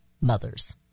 mothers